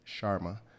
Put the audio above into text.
Sharma